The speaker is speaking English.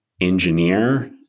engineer